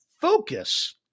focus